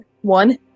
One